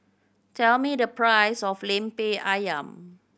tell me the price of Lemper Ayam